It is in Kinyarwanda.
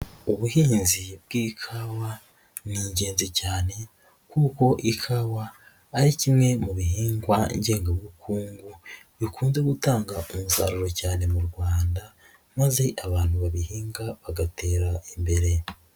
Ubuhinzi bw'ikawa ni ingenzi cyane kuko ikawa ari kimwe mu bihingwa ngengabukungu, bikunze gutanga umusaruro cyane mu Rwanda maze abantu babihinga bagatera imbere.